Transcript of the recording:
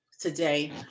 today